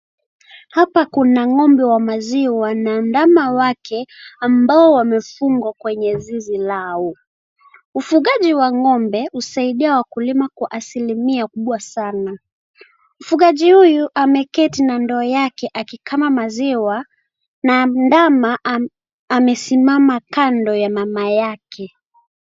Hapa kuna ng'ombe wa maziwa na ndama wake ambao wamefungwa kwenye zizi lao, ufugaji wa ng'ombe husaidia wakulima kwa asilimia kubwa sana, mfugaji huyu ameketi na ndoo yake akikama maziwa, na ndama amesimama kando ya mama yake.